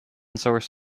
source